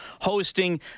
hosting